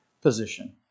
position